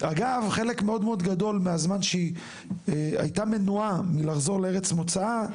אגב חלק מאוד גדול מהזמן שהיא הייתה מנועה מלחזור לארץ מוצאה,